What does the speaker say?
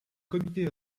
comité